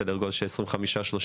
בסדר גודל של 30-25 ק"מ.